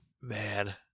Man